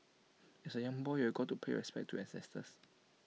as A young boy you've got to pay respects to your ancestors